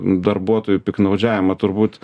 darbuotojų piktnaudžiavimą turbūt